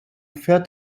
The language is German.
fährt